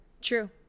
True